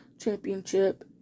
championship